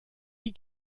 die